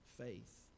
faith